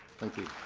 thank you.